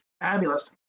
Fabulous